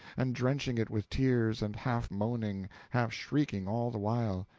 and drenching it with tears, and half moaning, half shrieking all the while,